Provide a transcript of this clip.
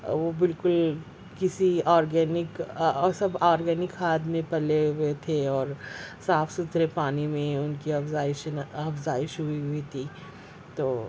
وہ بالکل کسی آرگینک اور سب آرگینک کھاد میں پلے ہوئے تھے اور صاف ستھرے پانی میں ان کی افزائش افزائش ہوئی ہوئی تھی تو